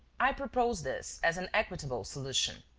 i propose this as an equitable solution,